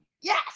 yes